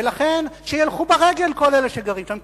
ולכן, שילכו ברגל כל אלה שגרים שם.